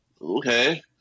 okay